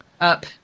Up